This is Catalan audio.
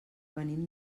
venim